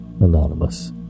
Anonymous